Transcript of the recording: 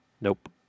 Nope